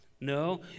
no